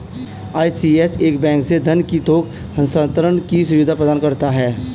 ECS एक bank से धन के थोक हस्तांतरण की सुविधा प्रदान करता है